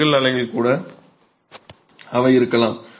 செங்கல் அலகில் கூட அவை இருக்கலாம்